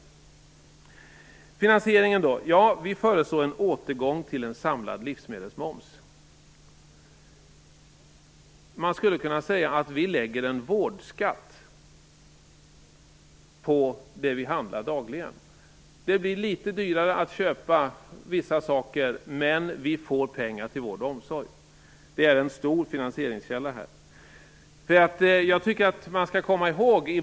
Hur var det med finansieringen då? Vi föreslår en återgång till en samlad livsmedelsmoms. Man skulle kunna säga att vi lägger en vårdskatt på det vi handlar dagligen. Det blir litet dyrare att köpa vissa saker, men vi får pengar till vård och omsorg. Det är en stor finansieringskälla. Jag tycker att man skall komma ihåg en sak.